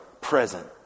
present